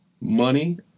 money